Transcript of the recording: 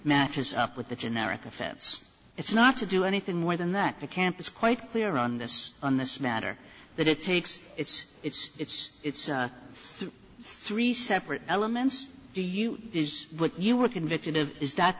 matches up with the generic offense it's not to do anything more than that the camp is quite clear on this on this matter that it takes it's it's it's it's three separate elements do you does what you were convicted of is that